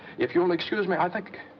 if you'll excuse me, i think.